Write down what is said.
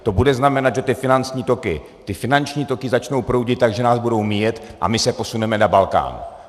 To bude znamenat, že ty finanční toky, ty finanční toky začnou proudit tak, že nás budou míjet a my se posuneme na Balkán.